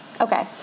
Okay